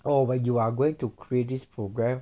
oh when you are going to create this program